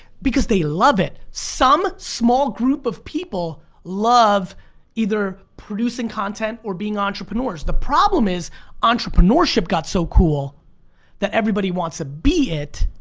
because they love it. some small group of people love either producing content or being entrepreneurs, the problem is entrepreneurship got so cool that everybody wants to be it.